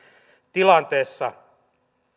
tilanteessa